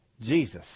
Jesus